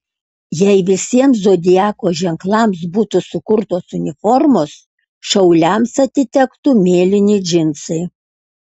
jei visiems zodiako ženklams būtų sukurtos uniformos šauliams atitektų mėlyni džinsai